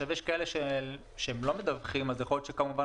יש כאלה שלא מדווחים ויכול להיות שאולי